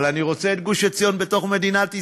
אבל אני רוצה את גוש-עציון בתוך מדינת ישראל.